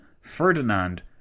Ferdinand